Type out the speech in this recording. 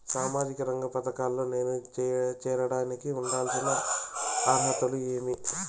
సామాజిక రంగ పథకాల్లో నేను చేరడానికి ఉండాల్సిన అర్హతలు ఏమి?